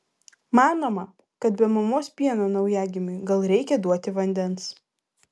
manoma kad be mamos pieno naujagimiui gal reikia duoti vandens